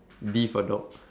D for dog